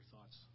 thoughts